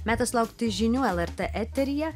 metas laukti žinių lrt eteryje